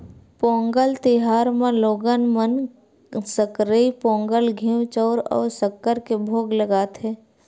पोंगल तिहार म लोगन मन सकरई पोंगल, घींव, चउर अउ सक्कर के भोग लगाथे